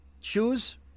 shoes